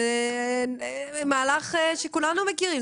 זה מהלך שכולנו מכירים.